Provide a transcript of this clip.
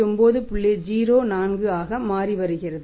04 ஆக மாறிவருகிறது